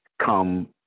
come